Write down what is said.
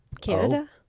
Canada